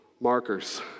markers